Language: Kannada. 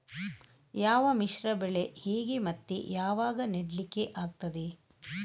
ಯಾವ ಮಿಶ್ರ ಬೆಳೆ ಹೇಗೆ ಮತ್ತೆ ಯಾವಾಗ ನೆಡ್ಲಿಕ್ಕೆ ಆಗ್ತದೆ?